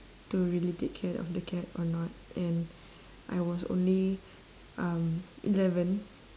to really take care of the cat or not and I was only um eleven